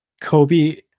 Kobe